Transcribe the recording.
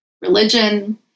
religion